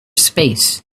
space